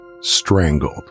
strangled